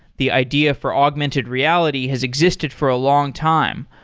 the idea for augmented reality has existed for a long-time,